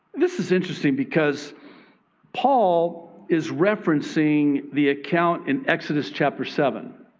this is interesting because paul is referencing the account in exodus chapter seven